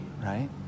right